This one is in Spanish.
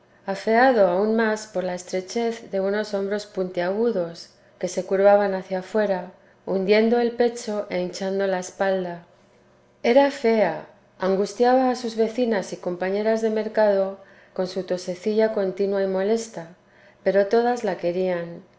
afeado aun más por la estrechez de unos hombros puntiagudos que se curvaban hacia fuera hundiendo el pecho e hinchando la espalda era fea angustiaba a sus vecinas y compañeras de mercado con su tosecilla continua y molesta pero todas la querían